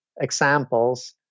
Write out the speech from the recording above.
examples